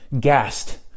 gassed